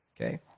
Okay